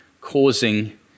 causing